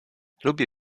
lubię